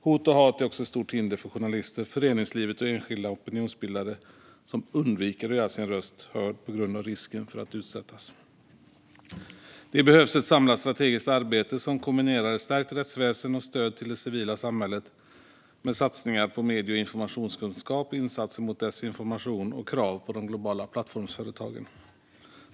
Hot och hat är också ett stort hinder för journalister, föreningslivet och enskilda opinionsbildare, som undviker att göra sin röst hörd på grund av risken att utsättas. Det behövs ett samlat strategiskt arbete som kombinerar ett stärkt rättsväsen och stöd till det civila samhället med satsningar på medie och informationskunskap, insatser mot desinformation och krav på de globala plattformsföretagen.